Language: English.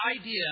idea